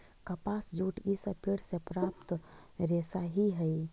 कपास, जूट इ सब पेड़ से प्राप्त रेशा ही हई